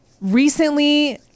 recently